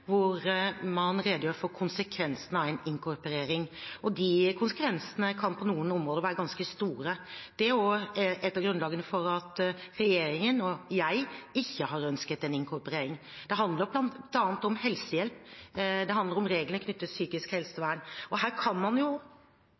hvor man redegjør for konsekvensene av en inkorporering, og de konsekvensene kan på noen områder være ganske store. Det er også et av grunnlagene for at regjeringen og jeg ikke har ønsket en inkorporering. Det handler bl.a. om helsehjelp, det handler om reglene knyttet til psykisk helsevern, og her kan man jo